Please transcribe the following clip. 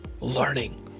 learning